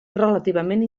relativament